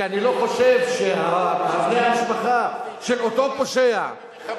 כי אני לא חושב שבני המשפחה של אותו פושע,